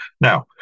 Now